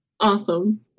Awesome